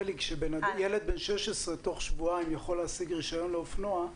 כשילד בן 16 תוך שבועיים יכול להשיג רישיון לאופנוע,